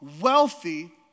wealthy